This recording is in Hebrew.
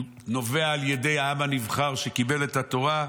הוא נובע על ידי העם הנבחר, שקיבל את התורה,